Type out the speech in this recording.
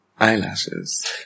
eyelashes